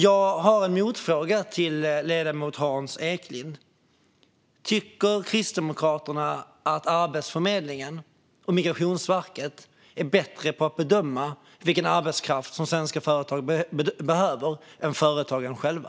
Jag har en motfråga till ledamoten Hans Eklind: Tycker Kristdemokraterna att Arbetsförmedlingen och Migrationsverket är bättre på att bedöma vilken arbetskraft svenska företag behöver än vad företagen är själva?